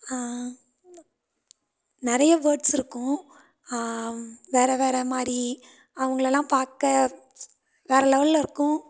நிறைய பேர்ட்ஸ் இருக்கும் வேறு வேறு மாதிரி அவங்களெல்லாம் பார்க்க வேறு லெவல்ல இருக்கும்